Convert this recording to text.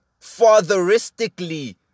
fatheristically